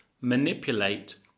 manipulate